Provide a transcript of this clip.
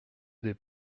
des